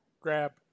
Grab